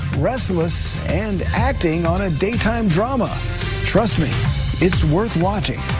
restless and acting on a daytime drama trust me it's wirth watching.